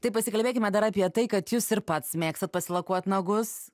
tai pasikalbėkime dar apie tai kad jūs ir pats mėgstat pasilakuot nagus